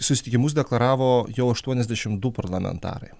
susitikimus deklaravo jau aštuoniasdešimt du parlamentarai